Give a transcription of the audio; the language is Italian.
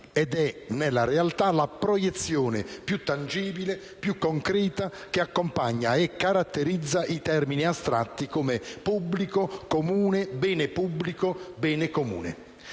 ed è, nella realtà, la proiezione più tangibile e concreta che accompagna e caratterizza i termini astratti come "pubblico", "comune", "bene pubblico", "bene comune".